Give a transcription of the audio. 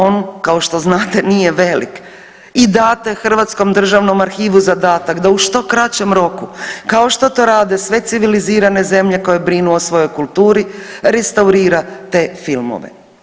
On, kao što znate, nije velik i date Hrvatskom državnom arhivu zadatak da u što kraćem roku, kao što to rade sve civilizirane zemlje koje brinu o svojoj kulturi, restaurira te filmove.